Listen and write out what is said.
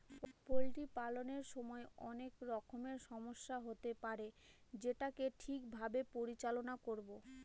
poultry পালনের সময় অনেক রকমের সমস্যা হতে পারে যেটাকে ঠিক ভাবে পরিচালনা করবো